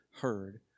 heard